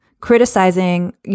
criticizing